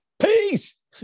peace